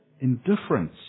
indifference